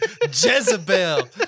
Jezebel